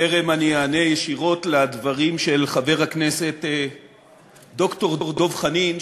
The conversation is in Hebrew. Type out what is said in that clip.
בטרם אענה ישירות על הדברים של חבר הכנסת ד"ר דב חנין,